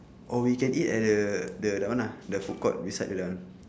or we can eat at the the that one lah the food court beside that one